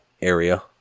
area